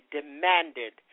demanded